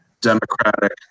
Democratic